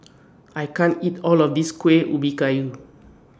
I can't eat All of This Kueh Ubi Kayu